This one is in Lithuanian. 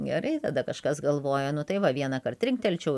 gerai tada kažkas galvoja nu tai va vienąkart trinktelčiau